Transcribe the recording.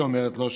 היא אומרת לו,